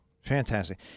Fantastic